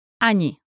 ani